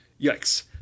Yikes